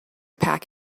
pack